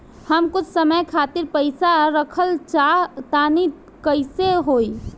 हम कुछ समय खातिर पईसा रखल चाह तानि कइसे होई?